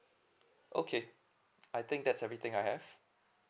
okay I think that's everything I have